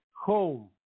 home